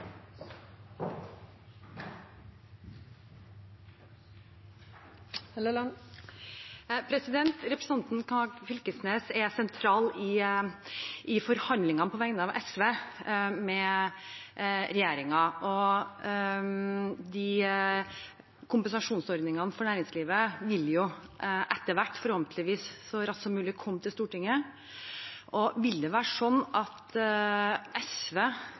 sentral i forhandlingene med regjeringen på vegne av SV. Kompensasjonsordningene for næringslivet vil etter hvert, forhåpentligvis så raskt som mulig, komme til Stortinget. Vil SV sette som et premiss at